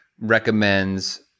recommends